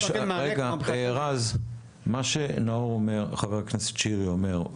מה שחבר הכנסת שירי אומר,